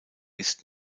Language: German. ist